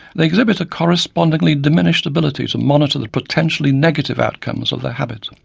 they exhibit a correspondingly diminished ability to monitor the potentially negative outcomes of their habit.